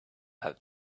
have